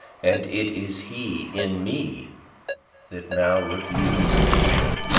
and it is he in me that now reviews the vision.